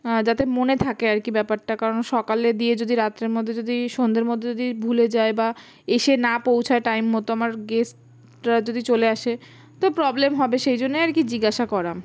যাতে মনে থাকে আর কি ব্যাপারটা কারণ সকালে দিয়ে যদি রাত্রের মধ্যে যদি সন্ধের মধ্যে যদি ভুলে যায় বা এসে না পৌঁছায় টাইম মতো আমার গেস্টরা যদি চলে আসে তো প্রবলেম হবে সেই জন্যেই আর কি জিজ্ঞাসা করা